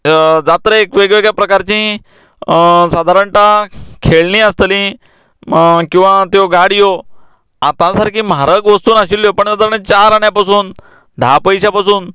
जात्रेक वेगवेगळ्या प्रकारची सादारणता खेळणी आसतली किंवां त्यो गाडयो आता सारकीं म्हारग वस्तू नाशिल्ल्यो पण आता आमी चार आण्यां पासून धा पयशें पासून